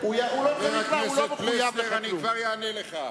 הוא לא צריך, הוא לא מחויב לך לכלום.